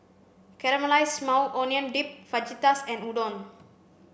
Caramelized Maui Onion Dip Fajitas and Udon